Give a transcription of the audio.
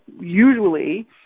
usually